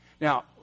Now